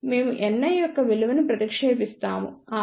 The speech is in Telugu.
మేము Ni యొక్క విలువను ప్రతిక్షేపిస్తాము rFi 0